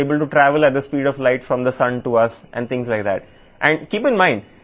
మరియు సూర్యుడు నుండి కాంతి వేగం తో కాంతి ఎందుకు ప్రయాణించగలదో మరియు అలాంటి వాటి గురించి వివరించబడింది